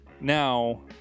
now